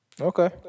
Okay